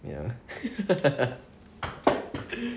ya